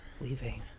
leaving